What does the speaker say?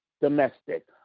domestic